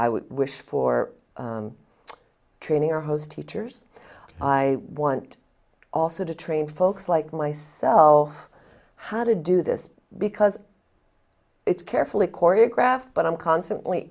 i would wish for training our host teachers i want also to train folks like myself how to do this because it's carefully choreographed but i'm constantly